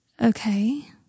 Okay